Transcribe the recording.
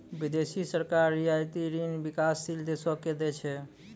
बिदेसी सरकार रियायती ऋण बिकासशील देसो के दै छै